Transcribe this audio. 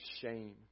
shame